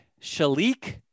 Shalik